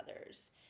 others